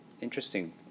interesting